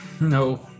No